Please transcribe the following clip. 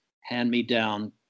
hand-me-down